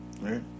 Right